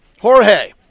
Jorge